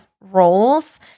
roles